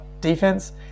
defense